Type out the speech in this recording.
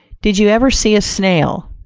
did you ever see a snail?